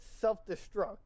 self-destruct